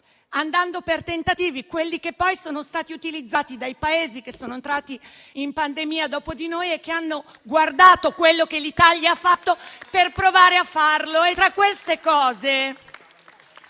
andando per tentativi, tentativi che poi sono stati utilizzati dai Paesi entrati in pandemia dopo di noi e che hanno guardato quello che l'Italia ha fatto per provare a farlo. Tra quelle cose